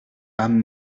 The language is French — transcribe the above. âme